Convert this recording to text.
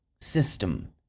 system